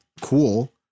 Cool